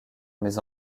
mais